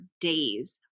days